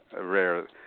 rare